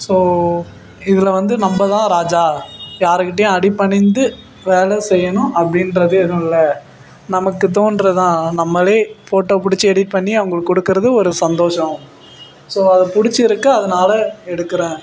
so இதில் வந்து நம்ம தான் ராஜா யாருக்கிட்டேயும் அடிபணிந்து வேலை செய்யணும் அப்படின்றது எதுவும் இல்லை நமக்குத் தோன்றதுதான் நம்மளே ஃபோட்டோ பிடிச்சி எடிட் பண்ணி அவங்களுக்கு கொடுக்கறது ஒரு சந்தோஷம் ஸோ அது பிடிச்சிருக்கு அதனால் எடுக்கிறேன்